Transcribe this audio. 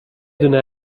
دونه